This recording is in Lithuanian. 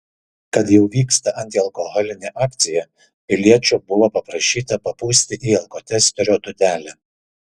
kad jau vyksta antialkoholinė akcija piliečio buvo paprašyta papūsti į alkotesterio dūdelę